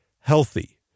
healthy